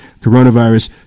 coronavirus